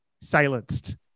silenced